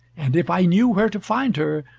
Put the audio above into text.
and if i knew where to find her,